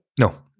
No